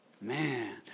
Man